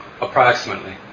approximately